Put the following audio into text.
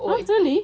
so early